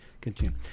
continue